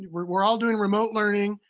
we're all doing remote learning,